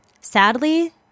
Sadly